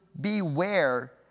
beware